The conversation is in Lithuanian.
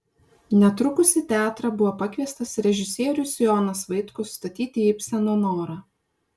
netrukus į teatrą buvo pakviestas režisierius jonas vaitkus statyti ibseno norą